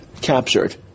captured